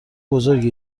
بزرگی